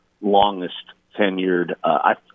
longest-tenured –